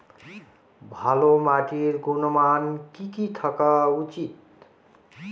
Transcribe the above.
ভালো মাটির গুণমান কি কি থাকা উচিৎ?